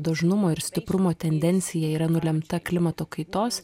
dažnumo ir stiprumo tendencija yra nulemta klimato kaitos